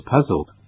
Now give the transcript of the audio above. puzzled